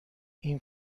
این